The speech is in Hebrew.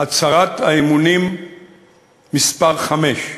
הצהרת האמונים מס' 5,